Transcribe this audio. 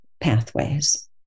pathways